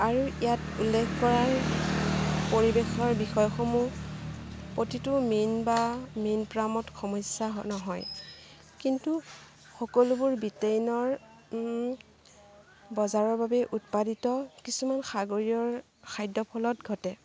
আৰু ইয়াত উল্লেখ কৰা পৰিৱেশৰ বিষয়সমূহ প্ৰতিটো মীন বা মীন সমস্যা নহয় কিন্তু সকলোবোৰ ব্ৰিটেইনৰ বজাৰৰ বাবে উৎপাদিত কিছুমান সাগৰীয়ৰ খাদ্যৰ ফলত ঘটে